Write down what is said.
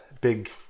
big